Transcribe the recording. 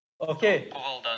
Okay